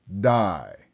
die